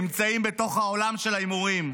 נמצאים בתוך עולם ההימורים.